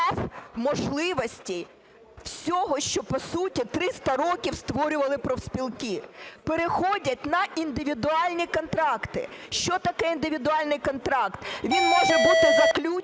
Він може бути заключений